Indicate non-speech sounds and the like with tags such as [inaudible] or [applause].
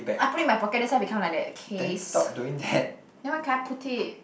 I put it in my pocket that's why become like that okays [breath] then where can I put it